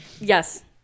Yes